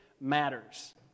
matters